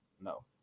no